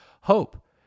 hope